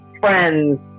friends